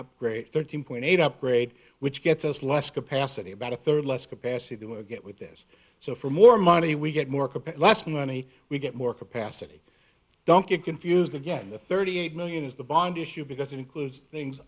upgrade thirteen point eight upgrade which gets us less capacity about a third less capacity they want to get with us so for more money we get more capacity money we get more capacity don't get confused again the thirty eight million is the bond issue because it includes things